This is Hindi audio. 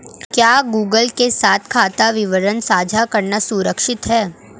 क्या गूगल के साथ खाता विवरण साझा करना सुरक्षित है?